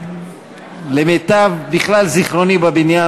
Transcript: למיטב זיכרוני בכלל בבניין,